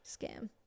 Scam